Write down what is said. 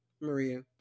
Maria